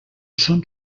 són